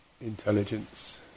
intelligence